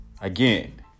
again